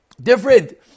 different